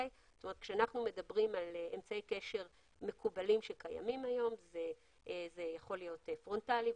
כשאנחנו מדברים על אמצעי קשר מקובלים היום זה יכול להיות פרונטלי,